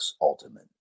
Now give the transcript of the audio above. Ultimate